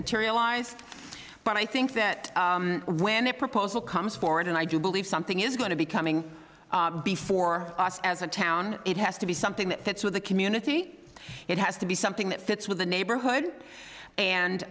materialize but i think that when a proposal comes forward and i do believe something is going to be coming before us as a town it has to be something that fits with the community it has to be something that fits with the neighborhood